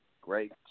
great